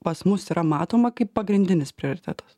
pas mus yra matoma kaip pagrindinis prioritetas